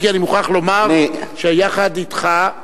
אם כי אני מוכרח לומר שיחד אתך,